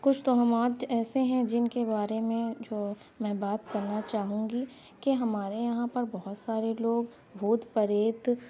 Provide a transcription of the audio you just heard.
کچھ توہمات ایسے ہیں جن کے بارے میں جو میں بات کرنا چاہوں گی کہ ہمارے یہاں پر بہت سارے لوگ بھوت پریت